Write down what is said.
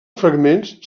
fragments